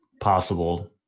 possible